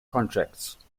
contracts